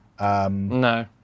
No